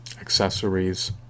accessories